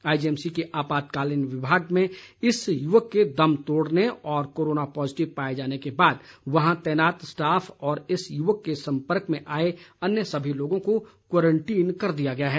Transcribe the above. IGMC के आपातकाल विभाग में इस युवक के दम तोड़ने और कोरोना पॉजिटिव पाए जाने के बाद वहां तैनात स्टाफ और इस युवक के सम्पर्क में आए अन्य सभी लोगों को क्वारंटीन कर दिया गया है